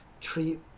treat